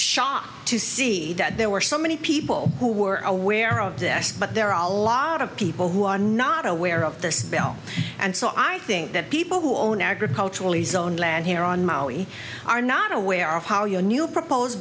shocked to see that there were so many people who were aware of this but there are a lot of people who are not aware of this bill and so i think that people who own agriculturally zoned land here on maui are not aware of how your new propose